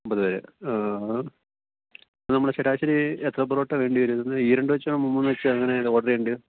അൻപത് പേര് അത് അപ്പം നമ്മൾ ശരാശരി എത്ര പൊറോട്ട വേണ്ടി വരും എന്നാൽ ഈരണ്ട് വെച്ചോ മുമ്മൂന്ന് വെച്ചോ എങ്ങനെയാണ് ഓഡർ ചെയ്യേണ്ടത്